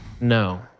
No